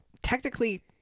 technically